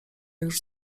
już